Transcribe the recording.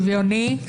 גלעד, בבקשה.